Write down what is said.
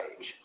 age